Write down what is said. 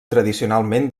tradicionalment